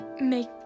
make